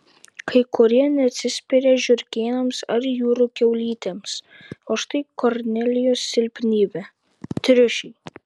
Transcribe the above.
kai kurie neatsispiria žiurkėnams ar jūrų kiaulytėms o štai kornelijos silpnybė triušiai